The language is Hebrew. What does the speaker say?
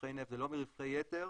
מרווחי נפט ולא מרווחי יתר,